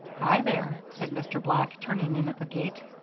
hi there! said mr. black, turning in at the gate.